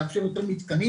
לאפשר יותר מתקנים,